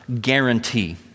guarantee